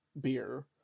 beer